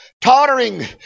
tottering